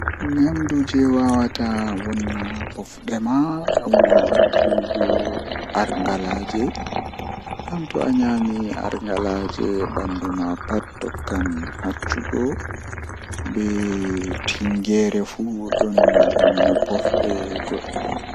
Arandewol kam mi wiyan be yaara mi makka mi yaha mi laara suudu kaaba mi rewa allah mi heba mbarjaari ngam kanjum don nder kuugal diina kanjum wadi mi buri yidugo.